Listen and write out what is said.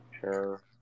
Sure